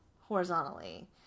horizontally